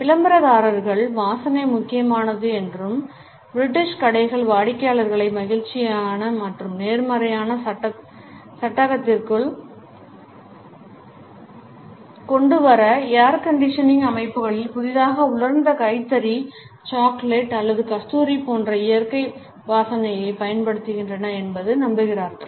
விளம்பரதாரர்கள் வாசனை முக்கியமானது என்றும் பிரிட்டிஷ் கடைகள் வாடிக்கையாளர்களை மகிழ்ச்சியான மற்றும் நேர்மறையான சட்டகத்திற்குள் கொண்டுவர ஏர் கண்டிஷனிங் அமைப்புகளில் புதிதாக உலர்ந்த கைத்தறி சாக்லேட் அல்லது கஸ்தூரி போன்ற இயற்கை வாசனையைப் பயன்படுத்துகின்றன என்றும் நம்புகிறார்கள்